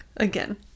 again